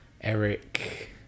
Eric